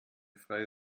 freie